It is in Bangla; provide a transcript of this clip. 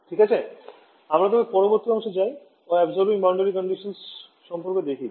ঠিক আছে এবার আমরা পরবর্তী অংশে যাবো ও এই Absorbing Boundary Conditions সম্পর্কে দেখবো